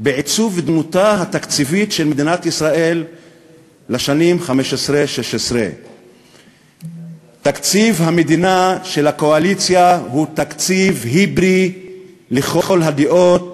בעיצוב דמותה התקציבית של מדינת ישראל לשנים 2015 2016. תקציב המדינה של הקואליציה הוא תקציב היברי לכל הדעות,